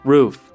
Roof